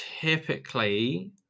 typically